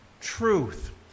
truth